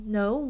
no